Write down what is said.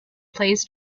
plays